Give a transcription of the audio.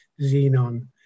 Xenon